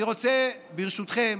אני רוצה, ברשותכם,